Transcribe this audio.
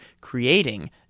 creating